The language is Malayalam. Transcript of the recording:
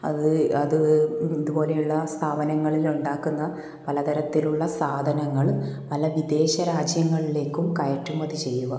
അത് അത് അതുപോലെയുള്ള സ്ഥാപനങ്ങളിൽ ഉണ്ടാക്കുന്ന പലതരത്തിലുള്ള സാധനങ്ങൾ പല വിദേശ രാജ്യങ്ങളിലേക്കും കയറ്റുമതി ചെയ്യുക